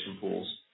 pools